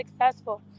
successful